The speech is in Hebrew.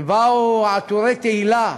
ובאו עטורי תהילה,